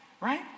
right